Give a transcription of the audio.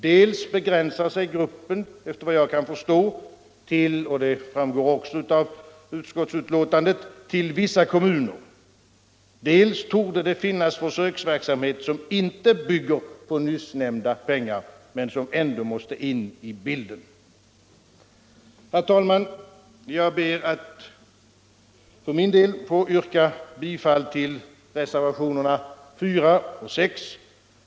Dels begränsar sig gruppen, efter vad jag kan förstå —- och det framgår också av utskottsbetänkandet —, till vissa kommuner, dels torde det finnas försöksverksamhet som inte bygger på nyssnämnda pengar men som ändå måste in i bilden. Herr talman! Jag ber att för min del få yrka bifall till reservationerna 4 och 6.